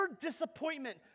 disappointment